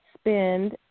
spend